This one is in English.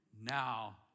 Now